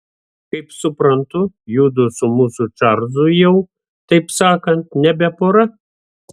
kaip suprantu judu su mūsų čarlzu jau taip sakant nebe pora